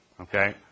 okay